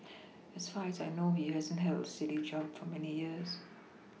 as far as I know he hasn't held a steady job for many years